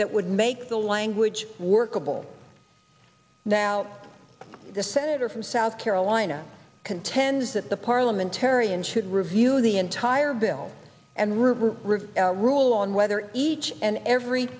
that would make the language workable now the senator from south carolina contends that the parliamentarian should review the entire bill and river river rule on whether each and every